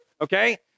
okay